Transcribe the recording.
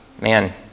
man